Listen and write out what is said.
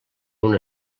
una